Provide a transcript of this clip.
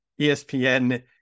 ESPN